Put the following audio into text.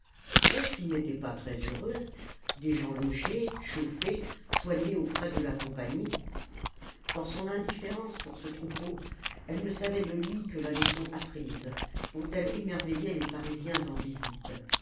est-ce qu'ils n'étaient pas très heureux des gens logés chauffés soignés aux frais de la compagnie dans son indifférence pour ce troupeau elle ne savait de lui que la leçon apprise dont elle émerveillait les parisiens en visite